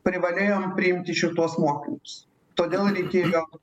privalėjom priimti šituos mokinius todėl reikėjo